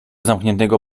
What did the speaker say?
zamkniętego